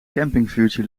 kampingvuurtje